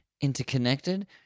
interconnected